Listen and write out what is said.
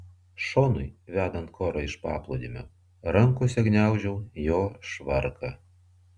šonui vedant korą iš paplūdimio rankose gniaužau jo švarką